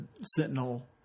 Sentinel